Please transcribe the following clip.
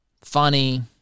funny